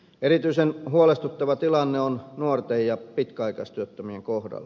erityisen huolestuttava tilanne on nuorten ja pitkäaikaistyöttömien kohdalla